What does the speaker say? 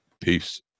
Peace